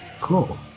Cool